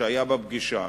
שהיה בפגישה,